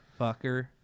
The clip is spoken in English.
Fucker